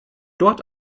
dort